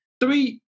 Three